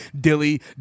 Dilly